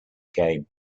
game